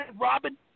Robin